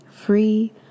free